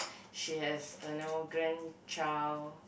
she has uh no grandchild